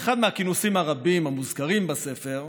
באחד הכינוסים הרבים המוזכרים בספר,